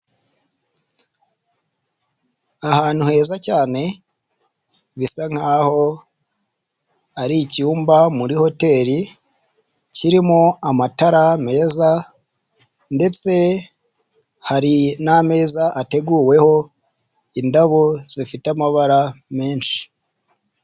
Ahantu heza cyane bisa nkaho ari icyumba muri hoteli kirimo amatara meza ndetse n'ameza ateguweho indabo zifite amabara menshi.